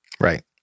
Right